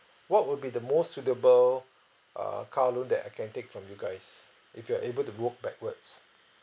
what will be the most suitable err car loan that I can take from you guys if you are able to work backwards